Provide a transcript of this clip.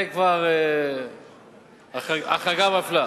זו כבר החרגה מפלה.